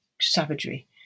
savagery